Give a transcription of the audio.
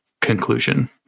conclusion